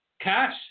cash